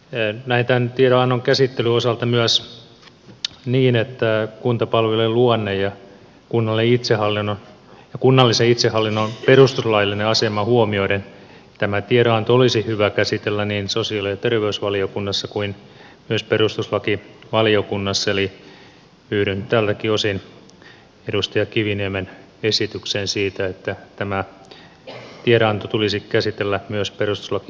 näen tämän tiedonannon käsittelyn osalta myös niin että kuntapalvelujen luonne ja kunnallisen itsehallinnon perustuslaillinen asema huomioiden tämä tiedonanto olisi hyvä käsitellä niin sosiaali ja terveysvaliokunnassa kuin myös perustuslakivaliokunnassa eli yhdyn tältäkin osin edustaja kiviniemen esitykseen siitä että tämä tiedonanto tulisi käsitellä myös perustuslakivaliokunnassa